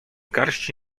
garści